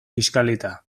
kiskalita